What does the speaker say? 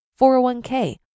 401k